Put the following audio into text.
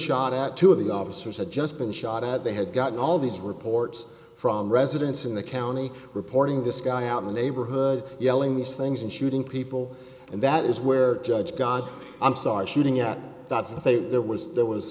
shot at two of the officers had just been shot at they had gotten all these reports from residents in the county reporting this guy out in the neighborhood yelling these things and shooting people and that is where judge god i'm sorry shooting at that i think there was there was